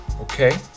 Okay